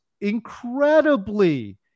incredibly